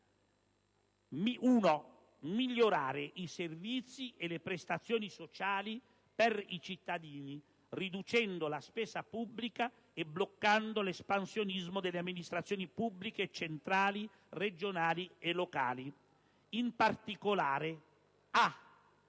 migliorare i servizi e le prestazioni sociali per i cittadini riducendo la spesa pubblica e bloccando l'espansionismo delle amministrazioni pubbliche centrali, regionali e locali. In particolare, va